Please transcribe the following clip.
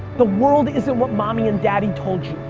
the world isn't what mommy and daddy told you.